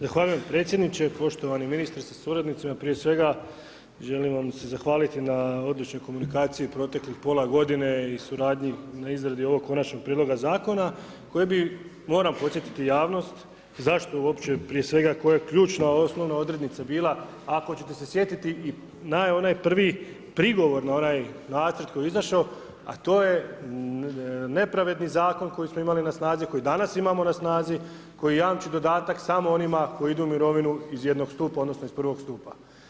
Zahvaljujem predsjedniče, poštovani ministre sa suradnicima, prije svega, želim vam se zahvaliti na odličnoj komunikaciji u proteklih pola g. i suradnji na izradi ovog konačnog prijedloga zakona, koji bi moram podsjetiti javnost, zašto uopće prije svega, koja je ključna odrednica bila, ako ćete se sjetiti i na onaj prvi prigovor na onaj nacrt koji je izašao, a to je nepravedni zakon koji ste imali na snazi, koji danas imamo na snazi, koji jamči dodatak samo onima koji idu u mirovinu iz 1 stupa, odnosno iz 1 stupa.